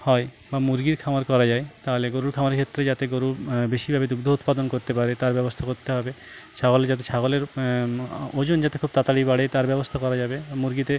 হয় বা মুরগির খামার করা যায় তাহলে গরুর খামারের ক্ষেত্রে যাতে গরু বেশিভাবে দুগ্ধ উৎপাদন করতে পারে তার ব্যবস্থা করতে হবে ছাগল যাতে ছাগলের ওজন যাতে খুব তাড়াতাড়ি বাড়ে তার ব্যবস্থা করা যাবে আর মুরগিতে